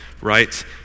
right